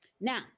Now